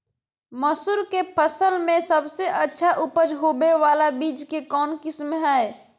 मसूर के फसल में सबसे अच्छा उपज होबे बाला बीज के कौन किस्म हय?